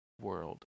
world